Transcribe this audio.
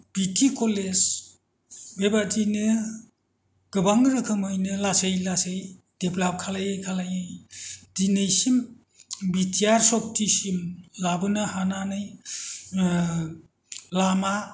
बिति college बेबादिनो गोबां रोखोमैनो लासै लासै देभेलप्त खालामै खालामै दिनैसिम बिटिआर सुक्तिसिम लाबोनो हानानै लामा